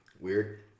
Weird